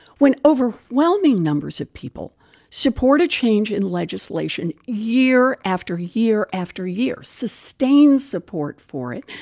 when overwhelming numbers of people support a change in legislation year after year after year sustained support for it